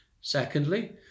Secondly